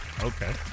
Okay